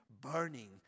Burning